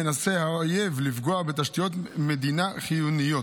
מנסה האויב לפגוע בתשתיות מדינה חיוניות,